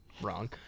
wrong